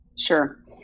Sure